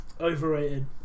Overrated